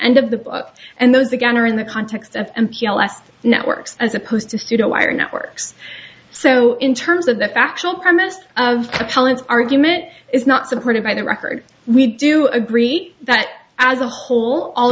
end of the book and those again are in the context of m p l s networks as opposed to pseudo wire networks so in terms of the factual premise of appellants argument is not supported by the record we do agree that as a whole all